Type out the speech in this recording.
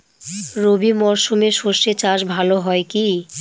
রবি মরশুমে সর্ষে চাস ভালো হয় কি?